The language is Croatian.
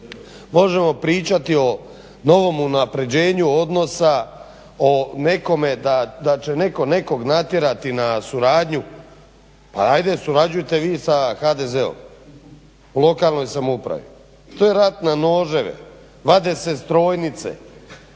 možemo pričati o novom unapređenju odnosa o nekome da, da će netko nekoga natjerati na suradnju, a ajde surađujte vi sa HDZ-om u lokalnoj samoupravi. To je rat na noževe, vade se strojnice,